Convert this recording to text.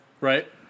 Right